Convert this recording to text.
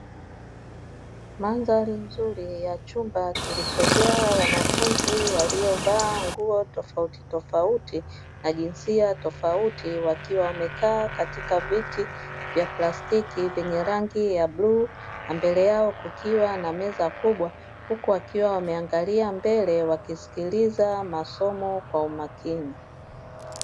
Mandhari nzuri ya chumba kilichojaa wanafunzi waliovaa nguo tofauti tofauti na jinsia tofauti wakiwa wamekaa katika viti vya plastiki vyenye rangi ya bluu na mbele yao kukiwa na meza kubwa huku akiwa wameangalia mbele wakisikiliza masomo kwa umakini.